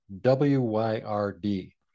W-Y-R-D